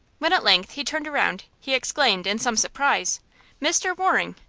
when at length he turned around he exclaimed, in some surprise mr. waring!